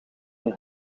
een